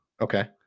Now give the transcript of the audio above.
Okay